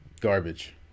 Garbage